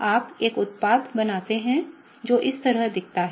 आप एक उत्पाद बनाते हैं जो इस तरह दिखता है